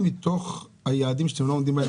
מתוך היעדים שאתם לא עומדים בהם,